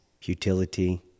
futility